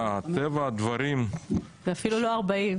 זה אפילו לא 40,